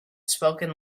spoken